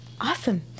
Awesome